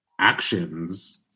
actions